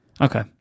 okay